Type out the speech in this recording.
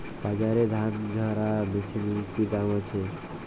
বাজারে ধান ঝারা মেশিনের কি দাম আছে?